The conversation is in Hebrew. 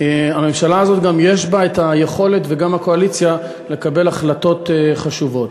גם לממשלה הזאת וגם לקואליציה יש יכולת לקבל החלטות חשובות.